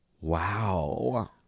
Wow